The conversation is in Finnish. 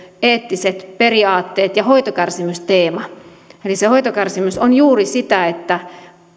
eettiset periaatteet ja hoitokärsimysteema se hoitokärsimys on juuri sitä että